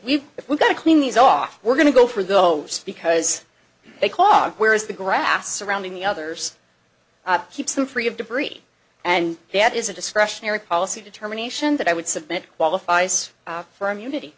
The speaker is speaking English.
we if we gotta clean these off we're going to go for those because they cost whereas the grass surrounding the others keeps them free of debris and that is a discretionary policy determination that i would submit qualifies for immunity